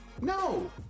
no